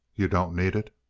you don't need it?